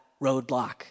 roadblock